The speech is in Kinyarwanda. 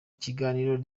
kiganiro